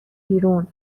بیرون